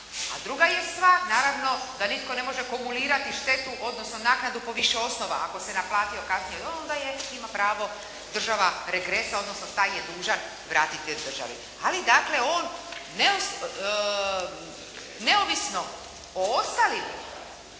a druga je stvar naravno da nitko ne može kumulirati štetu, odnosno naknadu po više osnova, ako se naplatio kazneni, onda ima pravo država regresom, odnosno taj je dužan vratiti državi. Ali dakle, on neovisno o ostalima